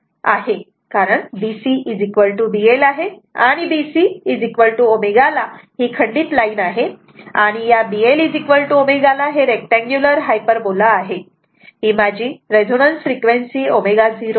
कारण B CB L आहे आणि B Cω ला ही खंडित लाईन आहे आणि B Lω ला हे रेक्टनगुलर हायपरबोला आहे ही माझी रेझोनन्स फ्रिक्वेन्सी ω0 आहे